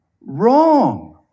Wrong